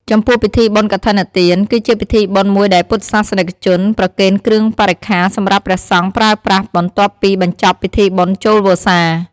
ចំពោះពិធីបុណ្យកឋិនទាន គឺជាពិធីបុណ្យមួយដែលពុទ្ធសាសនិកជនប្រគេនគ្រឿងបរិក្ខារសម្រាប់ព្រះសង្ឃប្រើប្រាស់បន្ទាប់ពីបញ្ចប់ពិធីបុណ្យចូលវស្សា។